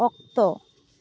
ᱚᱠᱛᱚ